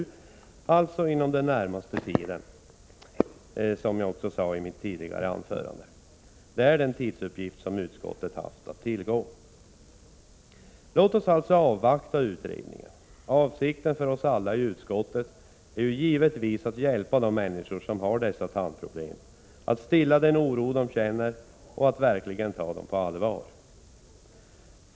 Rapporten kommer alltså inom den närmaste tiden, vilket jag också sade i mitt anförande i förra veckan. Det är den tidsuppgift som utskottet haft att tillgå. Låt oss alltså avvakta utredningen. Avsikten för oss alla i utskottet är ju givetvis att hjälpa de människor som har detta tandproblem, att stilla den oro som de känner och att verkligen ta dem på allvar.